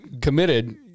committed